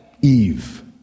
Eve